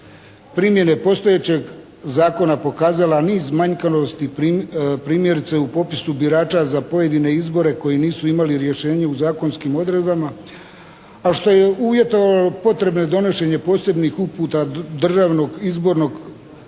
primjene postojećeg zakona pokazala niz manjakovosti primjerice u popisu birača za pojedine izbore koji nisu imali rješenje u zakonskim odredbama a što je uvjetovalo potrebe donošenja posebnih uputa Državnog izbornog